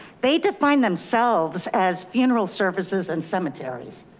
they define themselves as funeral services and cemeteries.